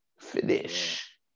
Finish